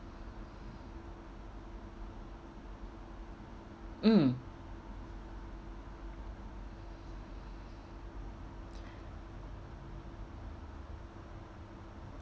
mm